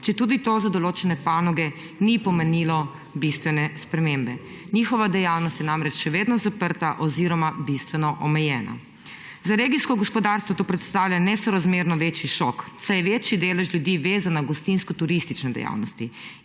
četudi to za določene panoge ni pomenilo bistvene spremembe. Njihova dejavnost je namreč še vedno zaprta oziroma bistveno omejena. Za regijsko gospodarstvo to predstavlja nesorazmerno večji šok, saj je večji delež ljudi vezan na gostinsko-turistične dejavnosti,